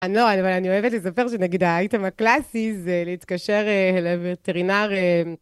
אני לא, אבל אני אוהבת לספר שנגיד האייטם הקלאסי זה להתקשר לטרינר.